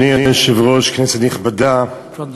אדוני היושב-ראש, כנסת נכבדה,